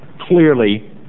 Clearly